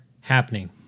happening